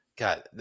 God